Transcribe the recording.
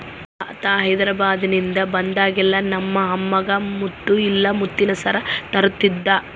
ತಾತ ಹೈದೆರಾಬಾದ್ನಿಂದ ಬಂದಾಗೆಲ್ಲ ನಮ್ಮ ಅಮ್ಮಗ ಮುತ್ತು ಇಲ್ಲ ಮುತ್ತಿನ ಸರ ತರುತ್ತಿದ್ದ